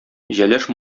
җәләш